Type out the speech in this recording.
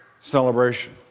Celebration